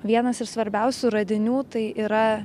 vienas iš svarbiausių radinių tai yra